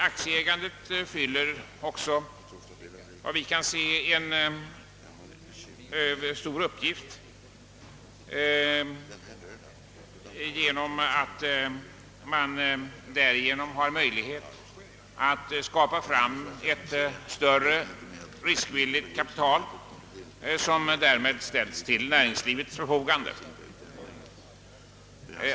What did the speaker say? Aktieägandet fullgör också, vad vi kan se, en stor uppgift genom att man på detta sätt får möjlighet att skapa ett större riskvilligt kapital som därmed ställs till näringslivets förfogande.